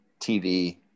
TV